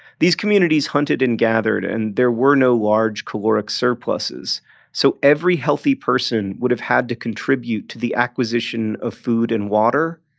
these communities hunted and gathered and there were no large caloric surpluses so every healthy person would've had to contribute to the acquisition of food and water.